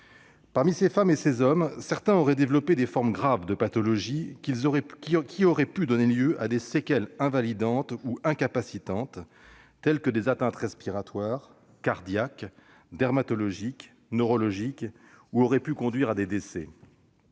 Parmi ces femmes et ces hommes, certains auraient développé des formes graves de la pathologie, pouvant entraîner des séquelles invalidantes ou incapacitantes- comme des atteintes respiratoires, cardiaques, dermatologiques ou neurologiques -ou provoquer des décès.